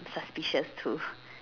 suspicious too